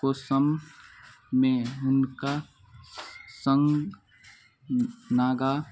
मे हुनका सङ्ग नागा